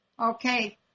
Okay